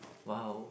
wow